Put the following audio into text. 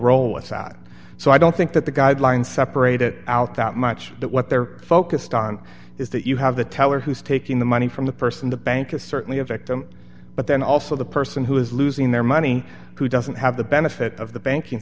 out so i don't think that the guidelines separate it out that much that what they're focused on is that you have the teller who's taking the money from the person the bank is certainly a victim but then also the person who is losing their money who doesn't have the benefit of the banking